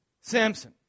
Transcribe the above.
Samson